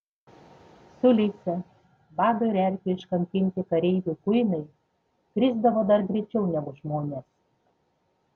sulysę bado ir erkių iškankinti kareivių kuinai krisdavo dar greičiau negu žmonės